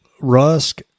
Rusk